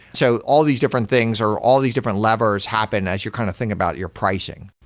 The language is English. so all these different things or all these different levers happen as you kind of think about your pricing.